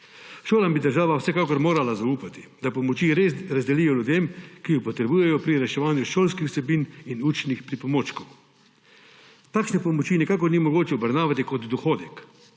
Šolam bi država vsekakor morala zaupati, da pomoči res razdelijo ljudem, ki jo potrebujejo pri reševanju šolskih vsebin in učnih pripomočkov. Takšne pomoči nikakor ni mogoče obravnavati kot dohodek.